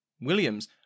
Williams